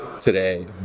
today